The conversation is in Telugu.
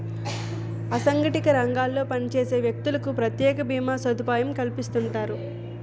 అసంగటిత రంగాల్లో పనిచేసే వ్యక్తులకు ప్రత్యేక భీమా సదుపాయం కల్పిస్తుంటారు